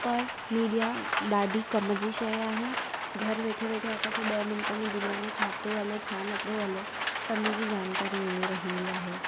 पर मीडिआ ॾाढी कम जी शइ आहे घर वेठे वेठे असांखे ॾह मिंट में दुनिया में छा थो हले छा नथो हले सभिनी जी जानकारी मिली रहंदी आहे